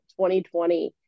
2020